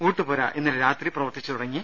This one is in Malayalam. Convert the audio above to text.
ഊട്ടുപൂര ഇന്നലെ രാത്രി പ്രവർത്തിച്ചു തുടങ്ങി